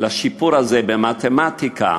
לשיפור הזה במתמטיקה